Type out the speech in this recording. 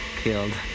killed